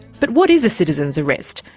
but what is citizen's arrest?